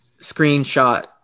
screenshot